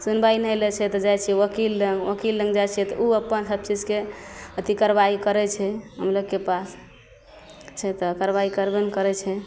सुनबाहि नहि लै छै तऽ जाइ छिए ओकील लग ओकील लग जाइ छिए तऽ अपन हरचीजके अथी कार्रवाइ करै छै हमलोकके पास छै तऽ कार्रवाइ करबे नहि करै छै